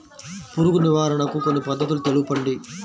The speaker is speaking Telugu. పురుగు నివారణకు కొన్ని పద్ధతులు తెలుపండి?